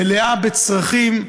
מלאה בצרכים,